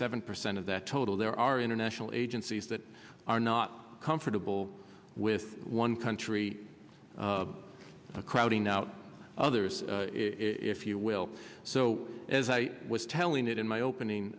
seven percent of that total there are international agencies that are not comfortable with one country crowding out others if you will so as i was telling it in my opening